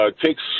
takes